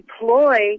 deploy